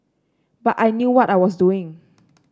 but I knew what I was doing